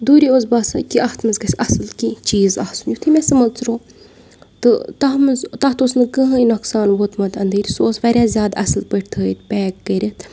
دوٗرِ اوس باسان کہِ اَتھ منٛز گژھِ اَصٕل کینٛہہ چیٖز آسُن یُتھُے مےٚ سُہ مٔژروو تہٕ تَتھ منٛز تَتھ اوس نہٕ کٕہٕنۍ نۄقصان ووتمُت أنٛدٕرۍ سُہ اوس واریاہ زیادٕ اَصٕل پٲٹھۍ تھٲیِتھ پیک کٔرِتھ